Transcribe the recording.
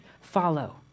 follow